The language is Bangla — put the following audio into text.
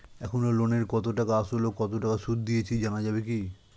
এখনো লোনের কত টাকা আসল ও কত টাকা সুদ দিয়েছি জানা যাবে কি?